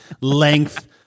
length